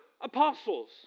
apostles